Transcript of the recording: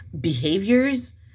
behaviors